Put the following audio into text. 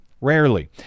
Rarely